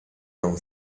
non